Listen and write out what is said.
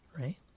right